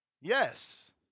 Yes